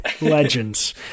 Legends